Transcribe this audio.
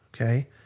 okay